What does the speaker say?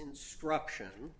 instruction